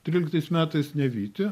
tryliktais metais ne vytį